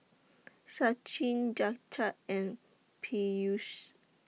Sachin Jagat and Peyush